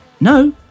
No